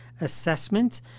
assessment